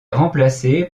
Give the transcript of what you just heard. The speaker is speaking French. remplacé